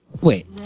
wait